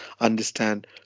understand